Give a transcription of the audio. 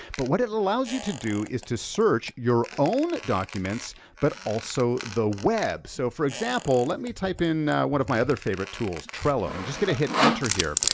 but what it allows you to do is to search your own documents but also the web. so for example, let me type in one of my other favorite tools, trello. i'm just gonna hit enter here.